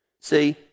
See